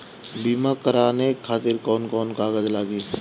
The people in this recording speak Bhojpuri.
बीमा कराने खातिर कौन कौन कागज लागी?